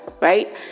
right